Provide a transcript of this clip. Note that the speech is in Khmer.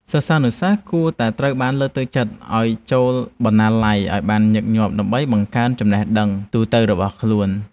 សិស្សានុសិស្សគួរតែត្រូវបានលើកទឹកចិត្តឱ្យចូលបណ្ណាល័យឱ្យបានញឹកញាប់ដើម្បីបង្កើនចំណេះដឹងទូទៅរបស់ខ្លួន។